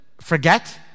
forget